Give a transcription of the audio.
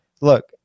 look